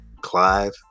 Clive